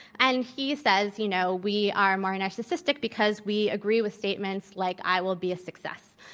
and he says, you know, we are more narcissistic because we agree with statements like, i will be a success.